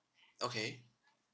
okay